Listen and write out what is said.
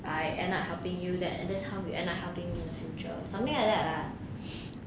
I end up helping you that that's how and you end up helping me in the future something like that lah